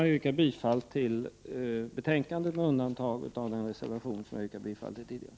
Jag yrkar bifall till utskottets hemställan med undantag för den reservation jag yrkade bifall till tidigare.